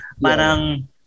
parang